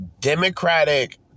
Democratic